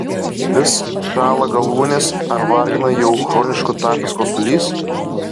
vis šąla galūnės ar vargina jau chronišku tapęs kosulys